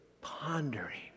pondering